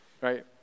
Right